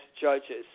judges